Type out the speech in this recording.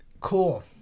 cool